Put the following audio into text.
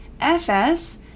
fs